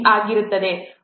ಆಗಿರುತ್ತದೆ